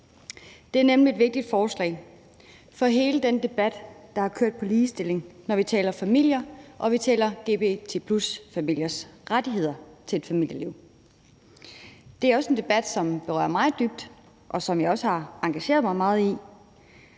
Det er nemlig et vigtigt forslag for hele den debat, der har kørt, om ligestilling, når vi taler familier og vi taler lgbt+-familiers rettigheder til familieliv. Det er også en debat, som berører mig dybt, og som jeg også har engageret mig meget i,